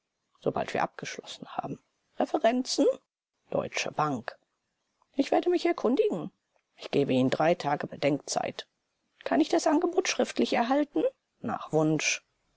sobald wir abgeschlossen haben referenzen deutsche bank ich werde mich erkundigen ich gebe ihnen drei tage bedenkzeit kann ich das angebot schriftlich erhalten nach wunsch